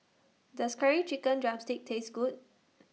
Does Curry Chicken Drumstick Taste Good